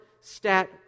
stat